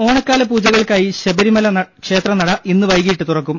ഓണക്കാല പൂജകൾക്കായി ശബരിമല ക്ഷേത്രനട ഇന്ന് വൈകിട്ട് തുറക്കും